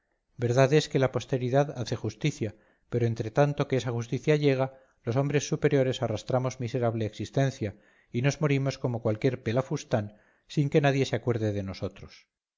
verdad es que la posteridad hace justicia pero entretanto que esa justicia llega los hombres superiores arrastramos miserable existencia y nos morimos como cualquier pelafustán sin que nadie se acuerde de nosotros